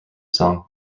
song